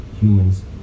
humans